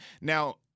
now